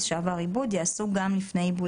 שעבר עיבוד יעשו גם לפני עיבוד התוצרת.